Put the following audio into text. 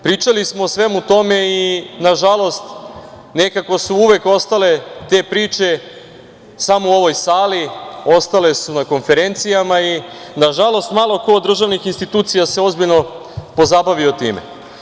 Pričali smo o svemu tome i, nažalost, nekako su uvek ostale te priče samo u ovoj sali, ostale su na konferencijama i malo ko od državnih institucija se ozbiljno pozabavio time.